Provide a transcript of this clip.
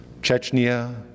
Chechnya